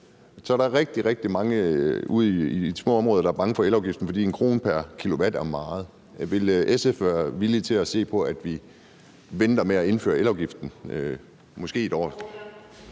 er rigtig, rigtig mange ude i de små områder, der er bange for elafgiften, fordi 1 kr. pr. kilowatt er meget. Vil SF være villig til at se på, at vi venter med at indføre elafgiften måske et år?